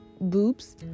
boobs